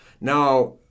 now